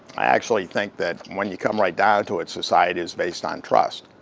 i actually think that, when you come right down to it, society is based on trust.